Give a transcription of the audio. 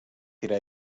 tira